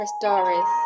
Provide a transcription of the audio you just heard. stories